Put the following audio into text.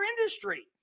industry